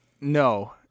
No